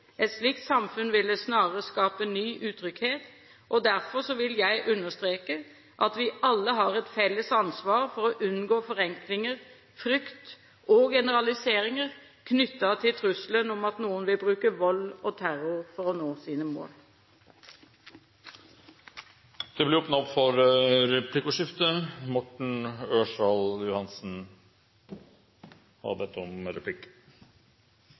Et slikt samfunn ville snarere skape ny utrygghet. Derfor vil jeg understreke at vi alle har et felles ansvar for å unngå forenklinger, frykt og generaliseringer knyttet til trusselen om at noen vil bruke vold og terror for å nå sine mål. Det blir replikkordskifte. Som jeg var inne på i mitt innlegg, er det grupper som har